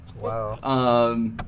Wow